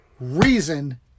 reason